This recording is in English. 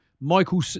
Michael